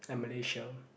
and Malaysia